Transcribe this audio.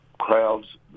Crowds